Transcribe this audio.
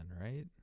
right